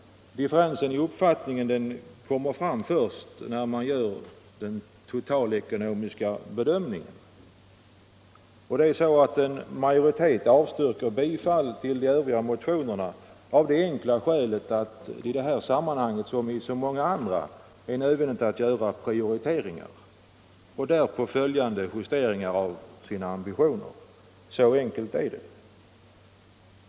Differensen i uppfattningen kommer fram först när man gör den totalekonomiska bedömningen. En majoritet avstyrker bifall till motionerna 381 och 1778 av det skälet att man i det här sammanhanget som i så många andra måste göra prioriteringar med därpå följande justeringar av sina ambitioner. Så enkelt är det.